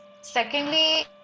secondly